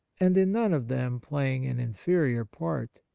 and in none of them playing an inferior part.